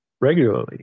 regularly